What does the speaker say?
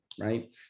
right